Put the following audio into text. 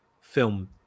film